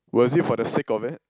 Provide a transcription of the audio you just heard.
was it for the sake of it